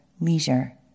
leisure